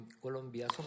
Colombia